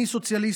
אני סוציאליסט,